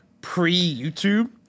pre-YouTube